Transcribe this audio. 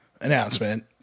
announcement